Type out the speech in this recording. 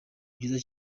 byiza